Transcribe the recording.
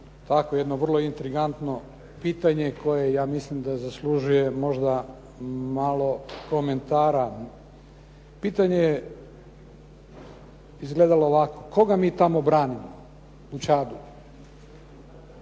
tako jedno vrlo intrigantno pitanje koje ja mislim da zaslužuje možda malo komentara. Pitanje je izgledalo ovako, koga mi tamo branimo u Čadu?